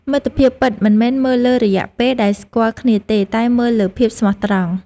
មិត្តភាពពិតមិនមែនមើលលើរយៈពេលដែលស្គាល់គ្នាទេ តែមើលលើភាពស្មោះត្រង់។